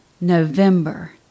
November